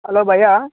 hello Bhaiya